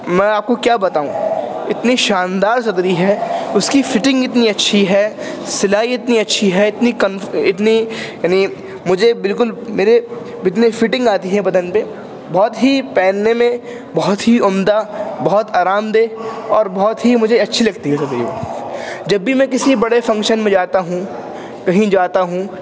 میں آپ کو کیا بتاؤں اتنی شاندار صدری ہے اس کی فٹنگ اتنی اچھی ہے سلائی اتنی اچھی ہے اتنی اتنی یعنی مجھے بالکل میرے اتنے فٹنگ آتی ہے بدن پہ بہت ہی پہننے میں بہت ہی عمدہ بہت آرام دہ اور بہت ہی مجھے اچھی لگتی ہے صدری جب بھی میں کسی بڑے فنکشن میں جاتا ہوں کہیں جاتا ہوں